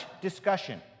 discussion